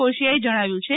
કોશિયાએ જણાવ્યુ છે